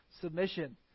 Submission